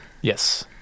yes